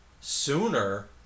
sooner